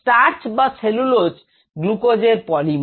starch বা cellulose গ্লুকোজের polymer